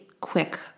quick